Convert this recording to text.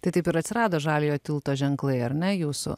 tai taip ir atsirado žaliojo tilto ženklai ar ne jūsų